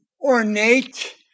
ornate